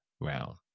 round